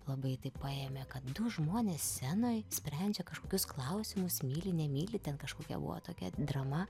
labai taip paėmė kad du žmonės scenoj sprendžia kažkokius klausimus myli nemyli ten kažkokia buvo tokia drama